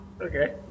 Okay